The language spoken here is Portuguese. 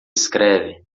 escreve